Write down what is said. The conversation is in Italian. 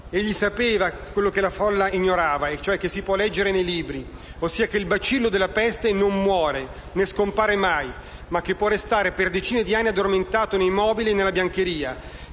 infatti, quello che ignorava la folla e che si può leggere nei libri, ossia che il bacillo della peste non muore né scompare mai, che può restare per decine di anni addormentato nei mobili e nella biancheria,